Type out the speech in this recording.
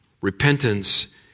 Repentance